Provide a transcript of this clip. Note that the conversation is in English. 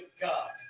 God